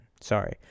Sorry